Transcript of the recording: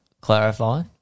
Clarify